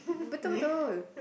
betul betul